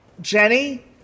Jenny